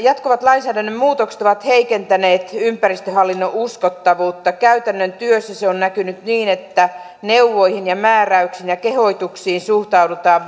jatkuvat lainsäädännön muutokset ovat heikentäneet ympäristöhallinnon uskottavuutta käytännön työssä se on näkynyt niin että neuvoihin määräyksiin ja kehotuksiin suhtaudutaan